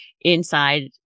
inside